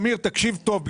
תקשיב טוב.